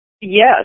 Yes